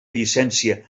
llicència